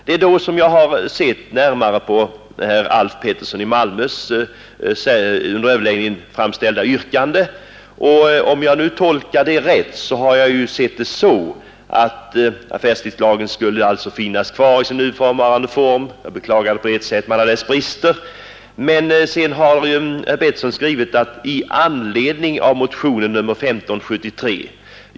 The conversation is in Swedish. Det är i det sammanhanget som jag sett närmare på det av herr Alf Pettersson i Malmö under överläggningen framställda yrkandet, och om jag nu tolkar detta rätt skulle affärstidslagen finnas kvar i sin nuvarande form — jag beklagar det på ett sätt — med alla sina brister, men sedan har herr Pettersson skrivit: ”i anledning av motionen nr 1573”.